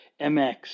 MX